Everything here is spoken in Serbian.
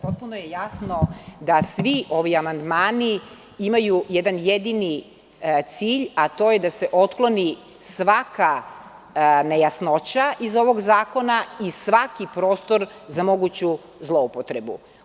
Potpuno je jasno da svi ovi amandmani imaju jedan jedni cilj, a to je da se otkloni svaka nejasnoća iz ovog zakona i svaki prostor za moguću zloupotrebu.